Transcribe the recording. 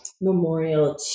memorial